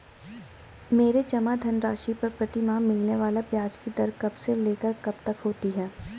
मेरे जमा धन राशि पर प्रतिमाह मिलने वाले ब्याज की दर कब से लेकर कब तक होती है?